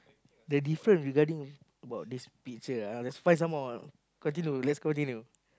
the different regarding about this picture ah let's find some more continue let's continue